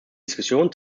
diskussion